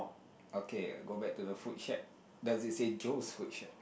okay go back to the food shag does it say jose food shag